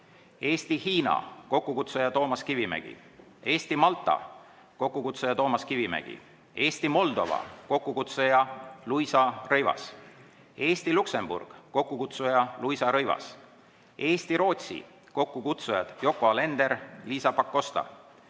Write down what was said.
Eesti-Hiina, kokkukutsuja Toomas Kivimägi; Eesti-Malta, kokkukutsuja Toomas Kivimägi; Eesti-Moldova, kokkukutsuja Luisa Rõivas; Eesti- Luksemburg, kokkukutsuja Luisa Rõivas; Eesti-Rootsi, kokkukutsujad Yoko Alender, Liisa Pakosta;